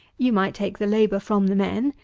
you might take the labour from the men,